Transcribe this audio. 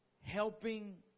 helping